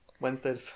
Wednesday